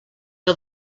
que